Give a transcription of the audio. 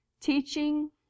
teaching